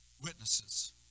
witnesses